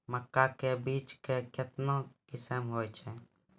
मक्का के बीज का कितने किसमें हैं?